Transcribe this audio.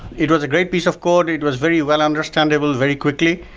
it was a great piece of code. it was very well-understandable very quickly.